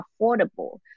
affordable